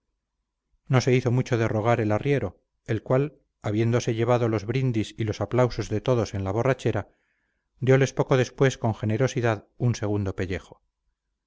no se hizo mucho de rogar el arriero el cual habiéndose llevado los brindis y los aplausos de todos en la borrachera dióles poco después con generosidad un segundo pellejo